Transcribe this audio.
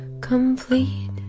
Complete